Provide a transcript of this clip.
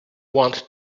want